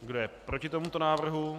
Kdo je proti tomuto návrhu?